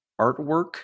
artwork